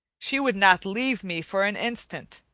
she would not leave me for an instant,